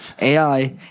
AI